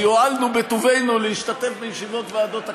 כי הואלנו בטובנו להשתתף בישיבות ועדות הכנסת.